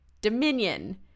Dominion